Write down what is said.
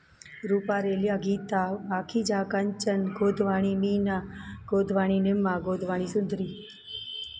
Rupa Relia Geeta Makhija Kanchan Godwani Meena Godwani Nima Godwani Sundari